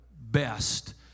best